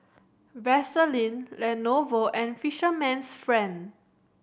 Vaseline Lenovo and Fisherman's Friend